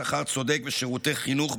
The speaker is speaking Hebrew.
שכר צודק ושירותי חינוך,